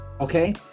Okay